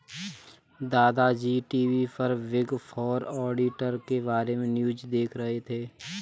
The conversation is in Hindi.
दादा जी टी.वी पर बिग फोर ऑडिटर के बारे में न्यूज़ देख रहे थे